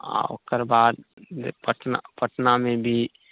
आओर ओकर बाद जे पटना पटनामे भी